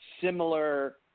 similar